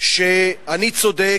שאני צודק,